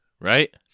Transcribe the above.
Right